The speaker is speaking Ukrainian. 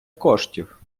коштів